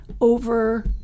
over